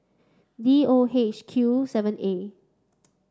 D O H Q seven A